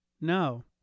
No